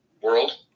world